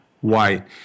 white